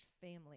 family